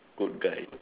good guy